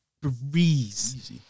breeze